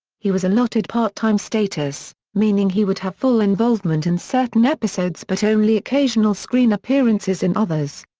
he was allotted part-time status, meaning he would have full involvement in certain episodes but only occasional screen appearances in others.